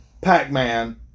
Pac-Man